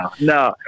No